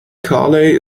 carley